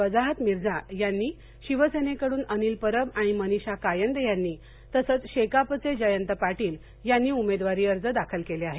वजाहत मिर्झा यांनी शिवसेनेकडून वनिल परब आणि मनीषा कायंदे यांनी तसंच शेकापचे जयंत पाटील यांनी उमेदवारी अर्ज दाखल केले आहेत